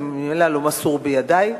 זה ממילא לא מסור בידי.